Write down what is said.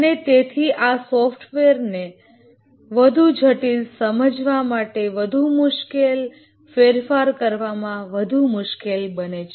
અને તેથી આ સોફ્ટવેરને વધુ જટિલ સમજવા માટે વધુ મુશ્કેલ ફેરફાર કરવામાં વધુ મુશ્કેલ બને છે